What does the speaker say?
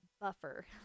buffer